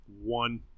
One